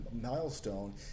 milestone